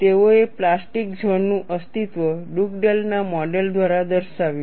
તેઓએ plastic zone નું અસ્તિત્વ ડુગડેલના મોડેલ Dugdale's model દ્વારા દર્શાવ્યું